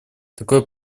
такое